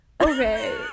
Okay